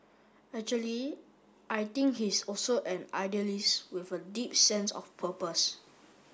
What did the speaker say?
actually I think he's also an idealist with a deep sense of purpose